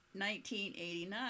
1989